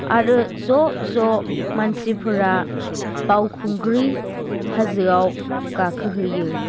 आरो ज' ज' मानसिफोरा बावखुंग्रि हाजोआव गाखो हैयो